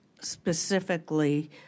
specifically